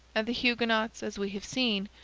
and the huguenots, as we have seen,